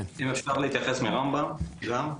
אפשר להתייחס מרמב"ם גם?